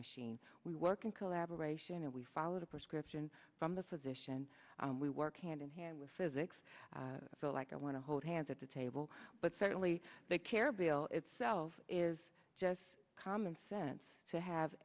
machine we work in collaboration and we follow the prescription from the physician we work hand in hand with physics i feel like i want to hold hands at the table but certainly the care bill itself is just common sense to have